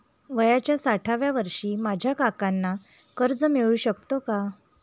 वयाच्या साठाव्या वर्षी माझ्या काकांना कर्ज मिळू शकतो का?